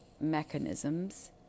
mechanisms